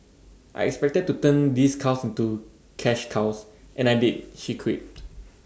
I expected to turn these cows into cash cows and I did she quipped